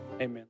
amen